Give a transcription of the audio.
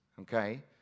Okay